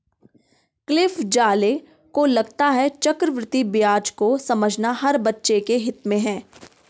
Cliff ज़ाले को लगता है चक्रवृद्धि ब्याज को समझना हर बच्चे के हित में है